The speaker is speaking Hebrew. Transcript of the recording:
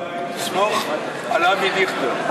לסמוך עלי, סמוך על אבי דיכטר.